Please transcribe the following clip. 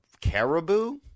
caribou